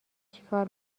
چیکار